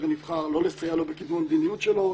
הנבחר ולא לסייע לו בקידום המדיניות שלו.